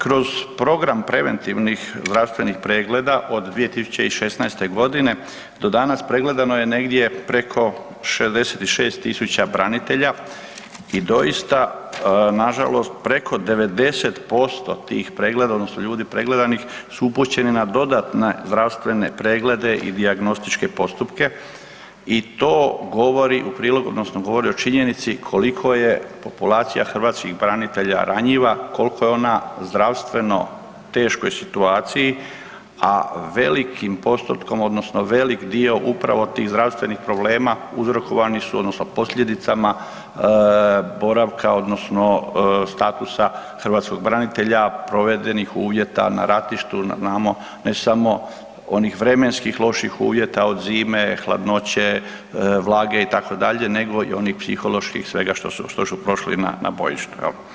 Kroz program preventivnih zdravstvenih pregleda od 2016.g. do danas pregledano je negdje preko 66.000 branitelja i doista nažalost preko 90% tih pregleda odnosno ljudi pregledanih su upućeni na dodatne zdravstvene preglede i dijagnostičke postupke i to govori u prilog odnosno govori o činjenici koliko je populacija hrvatskih branitelja ranjiva, kolko je ona zdravstveno u teškoj situaciji, a velikim postotkom odnosno velik dio upravo tih zdravstvenih problema uzrokovani su odnosno posljedicama boravka odnosno statusa hrvatskog branitelja provedenih uvjeta na ratištu, znamo ne samo onih vremenskih loših uvjeta od zime, hladnoće, vlage itd., nego i onih psiholoških i svega što su prošli na, na bojištu jel.